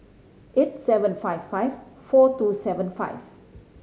eight seven five five four two seven five